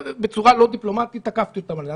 ובצורה לא דיפלומטית תקפתי אותם על זה,